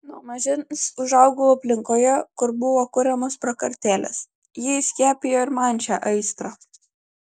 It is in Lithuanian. nuo mažens užaugau aplinkoje kur buvo kuriamos prakartėlės ji įskiepijo ir man šią aistrą